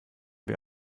wir